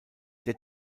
der